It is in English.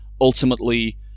ultimately